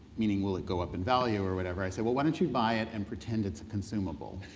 meaning will it go up in value or whatever. i say, well why don't you buy it and pretend it's a consumable?